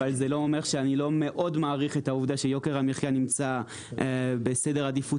אבל פה אני מאוד מעריך שיוקר המחייה נמצא בסדר עדיפות